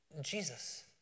Jesus